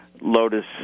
Lotus